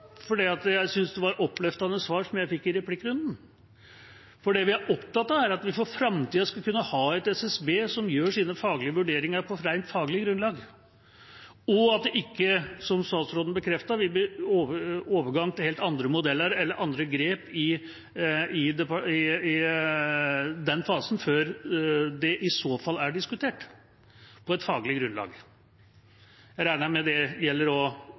Jeg synes svarene jeg fikk i replikkrunden, var oppløftende. Det vi er opptatt av, er at vi for framtida skal kunne ha et SSB som gjør sine faglige vurderinger på et rent faglig grunnlag, og at det ikke, som statsråden bekreftet, blir overgang til helt andre modeller eller andre grep i den fasen før det i er diskutert på et faglig grunnlag. Jeg regner med at det også gjelder